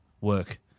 work